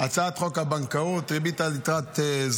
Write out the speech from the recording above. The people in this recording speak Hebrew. הצעת חוק הבנקאות, ריבית על יתרת זכות.